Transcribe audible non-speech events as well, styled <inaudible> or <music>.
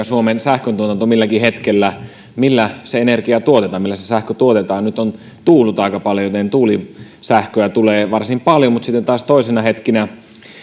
<unintelligible> suomen sähköntuotannossa milläkin hetkellä se sähköenergia tuotetaan niin nyt on tuullut aika paljon joten tuulisähköä tulee varsin paljon mutta sitten taas toisina hetkinä